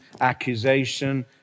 accusation